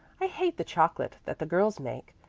i hate the chocolate that the girls make,